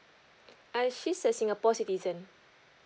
uh she's a singapore citizen